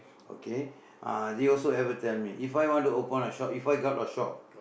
okay uh they also ever tell me if I want to open a shop if I got a shop